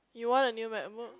you want a new MacBook